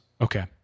Okay